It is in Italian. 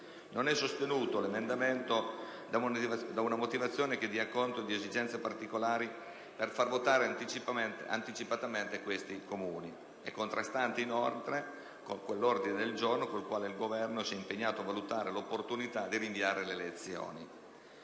non è sostenuto da una motivazione che dia conto di esigenze particolari per far votare anticipatamente questi comuni. Esso è contrastante, inoltre, con l'ordine del giorno con il quale il Governo si è impegnato a valutare l'opportunità di rinviare le elezioni.